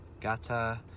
Gata